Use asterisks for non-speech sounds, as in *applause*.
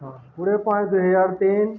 ହଁ *unintelligible* ପାଞ୍ଚ ଦୁଇ ହଜାର ତିନି